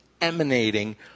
emanating